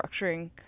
structuring